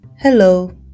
Hello